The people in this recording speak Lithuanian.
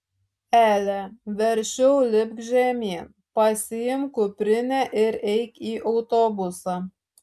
ele verčiau lipk žemyn pasiimk kuprinę ir eik į autobusą